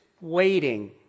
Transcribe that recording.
waiting